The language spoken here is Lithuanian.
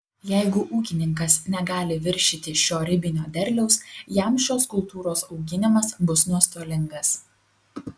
jeigu ūkininkas negali viršyti šio ribinio derliaus jam šios kultūros auginimas bus nuostolingas